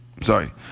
Sorry